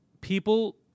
people